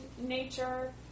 nature